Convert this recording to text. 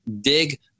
dig